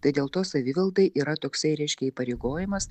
tai dėl to savivaldai yra toksai reiškia įpareigojimas